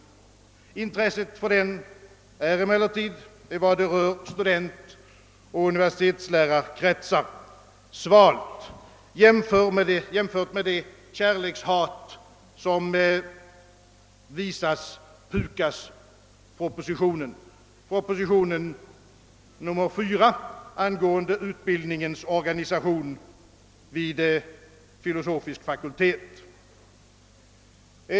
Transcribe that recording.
Intresset för den är emellertid i studentoch universitetslärarkretsar svalt, jämfört med det kärlekshat som visats PUKAS-propositionen, proposition nr 4 angående utbildningens organisation vid filosofisk fakultet.